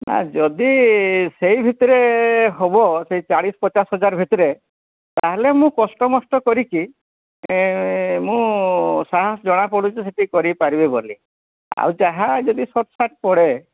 ଆ ଯଦି ସେଇ ଭିତରେ ହେବ ସେଇ ଚାଳିଶ ପଚାଶ ହଜାର ଭିତରେ ତାହେଲେ ମୁଁ କଷ୍ଟମଷ୍ଟ କରିକି ମୁଁ ସାହାସ ଜଣାପଡ଼ୁଛି ତ ସେତିକି କରିପାରିବି ବୋଲି ଆଉ ଯାହା ଯଦି ସଟ୍ସାଟ୍ ପଡ଼େ